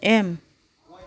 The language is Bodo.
एम